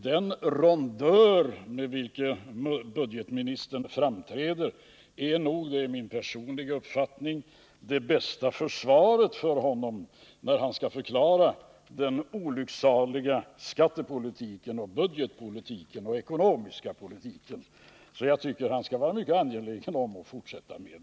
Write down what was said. Den rondör med vilken budgetministern framträder är nog — det är min personliga uppfattning — det bästa försvaret för honom när han skall förklara den olycksaliga skattepolitiken, budgetpolitiken och ekonomiska politiken. Jag tycker att han skall vara mycket angelägen om att bibehålla den.